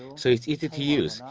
so it's easy to use,